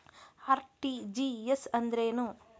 RTGS ಅಂದ್ರೇನು?